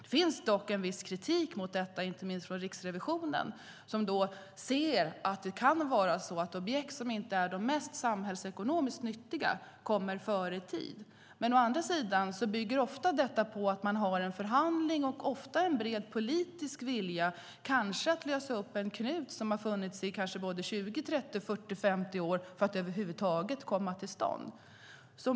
Det finns dock en viss kritik mot detta, inte minst från Riksrevisionen, som ser att det kan vara så att objekt som inte är de mest samhällsekonomiskt nyttiga kommer före i tid. Å andra sidan bygger detta ofta på att man har en förhandling och en bred politisk vilja. Det kanske handlar om att lösa upp en knut som har funnits i 20, 30, 40, 50 år, som man behöver göra för att det över huvud taget ska komma till stånd.